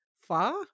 far